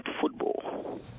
football